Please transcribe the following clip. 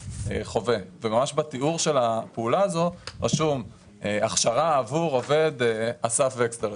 בתיאור של הפעולה הזאת רשום הכשרה עבור עובד ומצוין שמו.